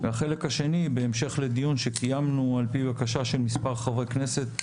השני הוא בהמשך לדיון שקיימנו על פי בקשה של מספר חברי כנסת,